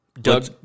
Doug